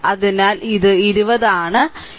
അതിനാൽ ഇത് 20 ആണ്